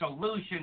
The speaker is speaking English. solution